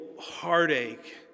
heartache